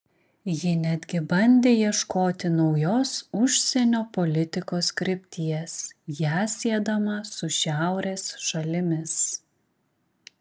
ji netgi bandė ieškoti naujos užsienio politikos krypties ją siedama su šiaurės šalimis